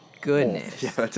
goodness